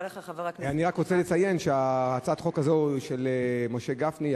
אני רק רוצה לציין שהצעת החוק הזאת היא של משה גפני,